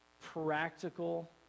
practical